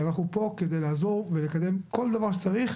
אנחנו פה כדי לעזור ולקדם כל דבר שצריך,